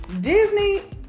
Disney